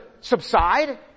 subside